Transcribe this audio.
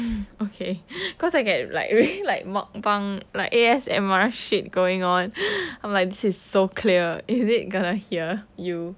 okay cause I get like really like mukbang like A_S_M_R shit going on I'm like this is so clear is it going to hear you